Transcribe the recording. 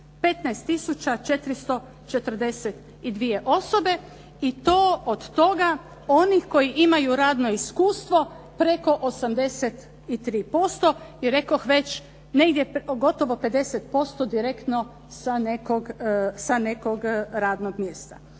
442 osobe i to od toga onih koji imaju radno iskustvo preko 83%. I rekoh već negdje gotovo 50% direktno sa nekog radnog mjesta.